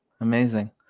Amazing